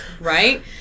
right